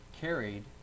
carried